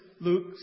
Luke